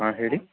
ಹಾಂ ಹೇಳಿ